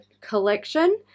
collection